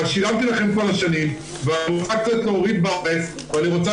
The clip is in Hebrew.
אבל שילמתי לכם כל השנים ואני רוצה קצת להוריד בעומס ואני רוצה